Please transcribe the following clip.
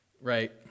right